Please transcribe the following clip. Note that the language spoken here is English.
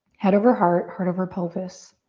head over heart, heart over pelvis.